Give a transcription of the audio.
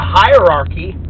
hierarchy